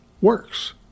works